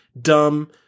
dumb